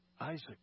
Isaac